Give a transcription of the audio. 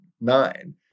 nine